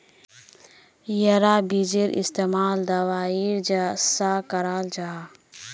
याहार बिजेर इस्तेमाल दवाईर सा कराल जाहा